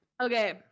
Okay